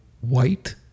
white